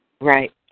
Right